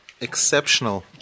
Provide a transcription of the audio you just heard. exceptional